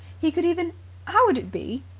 he could even how would it be,